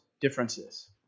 differences